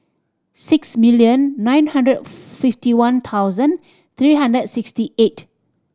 six million nine hundred fifty one thousand three hundred and sixty eight